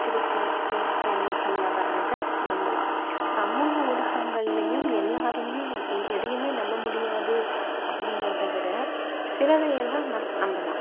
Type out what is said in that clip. பத்திரிகை செய்தி சேனல்களில் வர்றதை நம்பலாம் சமூக ஊடகங்கள்லையும் எல்லாருமே வந்து எ எதையுமே நம்ப முடியாது அப்படிங்கிறதவிட சிலதை எல்லாம் நம்பலாம்